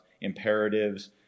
imperatives